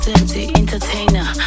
Entertainer